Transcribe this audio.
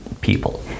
people